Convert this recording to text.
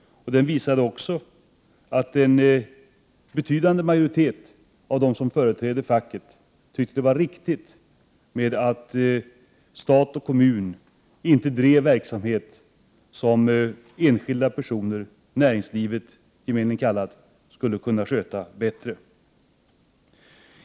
Den visade också att en betydande majoritet av dem som företräder facket tyckte att det var riktigt att stat och kommun inte drev verksamhet som enskilda personer, näringslivet gemenligen kallat, skulle kunna sköta bättre.